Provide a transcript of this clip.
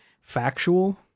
factual